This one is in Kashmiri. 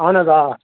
اَہَن حظ آ